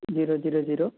zero zero zero